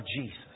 Jesus